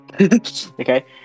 Okay